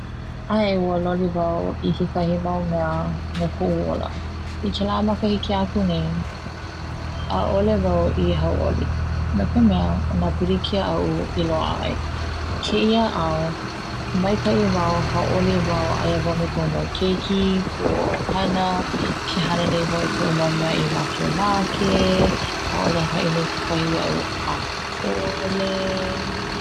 ʻAe ua loli wau i kahi mau mea ma koʻu ola, i kela makahiki aku nei ʻaʻole wau i hauʻoli no ka mea ona pilikia aʻu i loaʻa ai. Keia ao, maikaʻi wau, hauʻoli wau, aia wau me kuʻu mau keiki, kuʻu ʻohana, ke hana nei wau ina mea i makemake ʻaʻole ke haʻi nei kekahi iaʻu ʻaʻole.